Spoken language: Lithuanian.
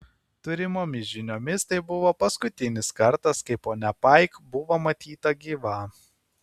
turimomis žiniomis tai buvo paskutinis kartas kai ponia paik buvo matyta gyva